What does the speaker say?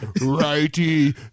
righty